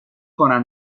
کنه